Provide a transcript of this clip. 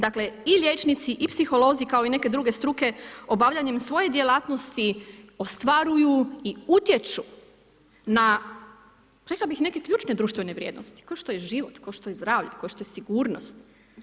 Dakle i liječnici i psiholozi kao i neke druge struke obavljanje svoje djelatnosti, ostvaruju i utječu na rekla bih neke ključne društvene vrijednosti kao što je život, kao što je zdravlje, kao što je sigurnost.